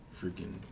freaking